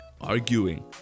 arguing